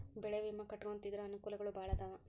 ಬೆಳೆ ವಿಮಾ ಕಟ್ಟ್ಕೊಂತಿದ್ರ ಅನಕೂಲಗಳು ಬಾಳ ಅದಾವ